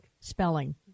spelling